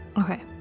Okay